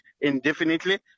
indefinitely